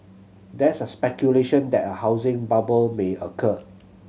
there is speculation that a housing bubble may occur